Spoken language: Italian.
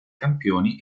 campioni